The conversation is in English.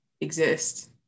exist